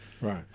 Right